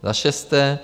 Za šesté.